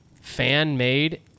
fan-made